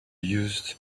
used